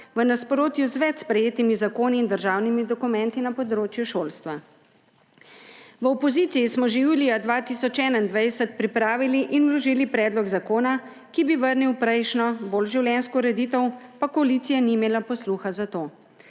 v nasprotju z več sprejetimi zakoni in državnimi dokumenti na področju šolstva. V opoziciji smo že julija 2021 pripravili in vložili predlog zakona, ki bi vrnil prejšnjo, bolj življenjsko ureditev, pa koalicija ni imela posluha za to.